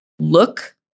look